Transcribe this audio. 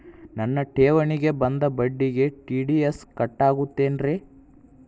ನನ್ನ ಠೇವಣಿಗೆ ಬಂದ ಬಡ್ಡಿಗೆ ಟಿ.ಡಿ.ಎಸ್ ಕಟ್ಟಾಗುತ್ತೇನ್ರೇ?